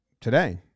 today